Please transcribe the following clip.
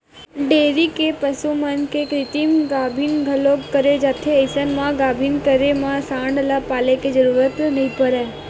dairy के पसु मन के कृतिम गाभिन घलोक करे जाथे अइसन म गाभिन करे म सांड ल पाले के जरूरत नइ परय